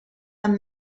amb